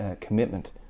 commitment